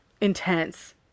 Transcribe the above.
intense